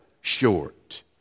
short